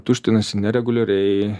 tuštinasi nereguliariai